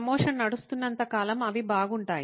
promotion నడుస్తున్నంత కాలం అవి బాగుంటాయి